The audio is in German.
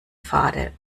fade